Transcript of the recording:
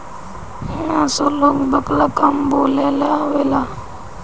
असो लोग बकला कम बोअलेबा